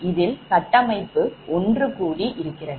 இதில் கட்டமைப்பு ஒன்று கூடி இருக்கிறது